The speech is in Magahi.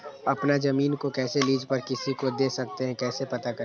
अपना जमीन को कैसे लीज पर किसी को दे सकते है कैसे पता करें?